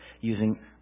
using